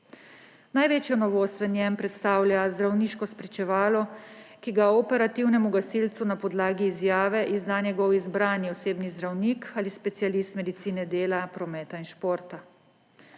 Največjo novost v njem predstavlja zdravniško spričevalo, ki ga operativnemu gasilcu na podlagi izjave izda njegov izbrani osebni zdravnik ali specialist medicine dela, prometa in športa.